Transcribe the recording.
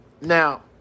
Now